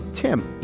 tim